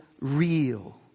real